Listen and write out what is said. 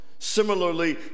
similarly